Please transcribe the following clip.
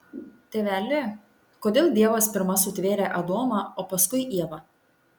tėveli kodėl dievas pirma sutvėrė adomą o paskui ievą